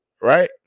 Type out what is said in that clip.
right